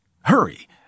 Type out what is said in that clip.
Hurry